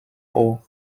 aux